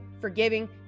forgiving